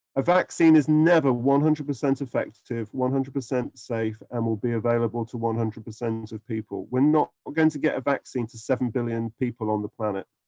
a vaccine is never one hundred percent effective, one hundred percent safe, and will be available to one hundred percent of people. we're not going to get a vaccine to seven billion people on the planet.